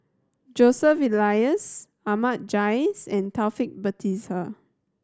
Joseph Elias Ahmad Jais and Taufik Batisah